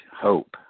hope